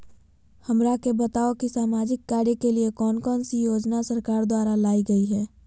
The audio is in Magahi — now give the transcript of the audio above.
हमरा के बताओ कि सामाजिक कार्य के लिए कौन कौन सी योजना सरकार द्वारा लाई गई है?